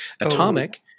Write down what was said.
Atomic